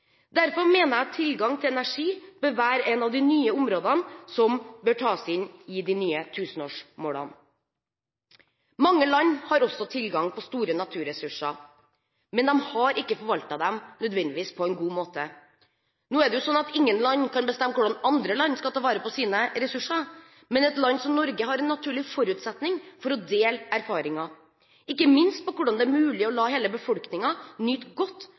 Derfor mener jeg at tilgang til energi bør være et av de nye områdene som bør tas inn i de nye tusenårsmålene. Mange land har også tilgang på store naturressurser, men de har ikke nødvendigvis forvaltet dem på en god måte. Ingen land kan bestemme hvordan andre land skal ta vare på sine ressurser, men et land som Norge har en naturlig forutsetning for å dele erfaringer, ikke minst for hvordan det er mulig å la hele befolkningen nyte godt